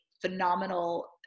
phenomenal